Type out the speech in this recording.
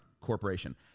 Corporation